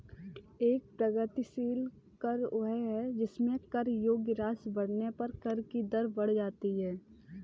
एक प्रगतिशील कर वह है जिसमें कर योग्य राशि बढ़ने पर कर की दर बढ़ जाती है